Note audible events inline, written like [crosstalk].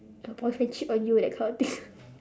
your boyfriend cheat on you that kind of thing [laughs]